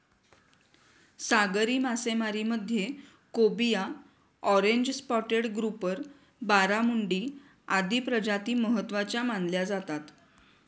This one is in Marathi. सागरी मासेमारीमध्ये cobia, orange spotted grouper, barramundi आदी प्रजाती महत्त्वाच्या मानल्या जातात